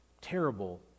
terrible